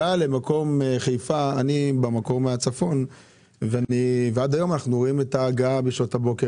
אני במקור מהצפון ועד היום אנחנו רואים את ההגעה בשעות הבוקר,